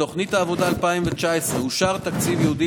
בתוכנית העבודה 2019 אושר תקציב ייעודי